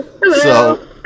Hello